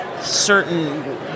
certain